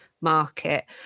market